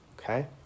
Okay